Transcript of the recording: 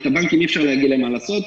לבנקים אי-אפשר להגיד מה לעשות.